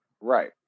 Right